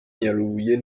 nyarubuye